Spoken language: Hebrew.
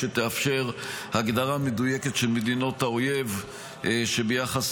שתאפשר הגדרה מדויקת של מדינות האויב שביחס